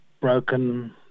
broken